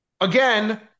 Again